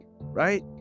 Right